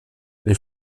les